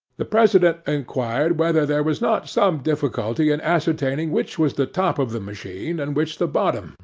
the president inquired whether there was not some difficulty in ascertaining which was the top of the machine, and which the bottom,